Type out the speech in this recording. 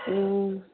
ꯎꯝ